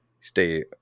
stay